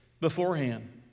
beforehand